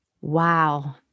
Wow